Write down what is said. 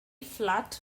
flat